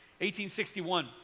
1861